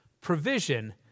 provision